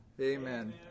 Amen